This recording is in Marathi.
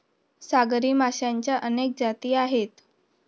सागरी माशांच्या अनेक जाती आहेत